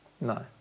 No